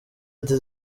ati